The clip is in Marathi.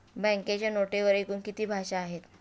बँकेच्या नोटेवर एकूण किती भाषा आहेत?